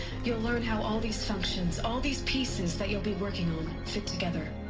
you'll learn how all these functions, all these pieces that you'll be working on. fit together.